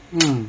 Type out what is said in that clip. mm